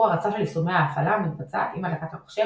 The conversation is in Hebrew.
הרצה של יישומי ההפעלה המתבצעת עם הדלקת המחשב,